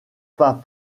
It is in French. pas